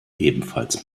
ebenfalls